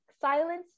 silence